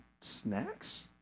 snacks